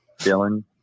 Dylan